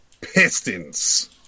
Pistons